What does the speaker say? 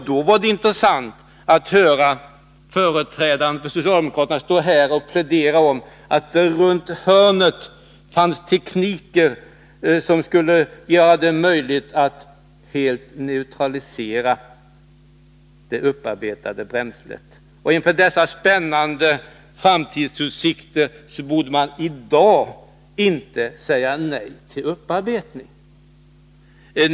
Då var det intressant att höra företrädare för socialdemokraterna stå här och tala om att det runt hörnet fanns tekniker som skulle göra det möjligt att helt neutralisera det upparbetade bränslet. Inför dessa spännande framtidsutsikter borde man i dag inte säga nej till upparbetning, menade man.